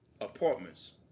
apartments